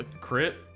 Crit